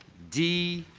d,